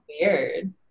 Weird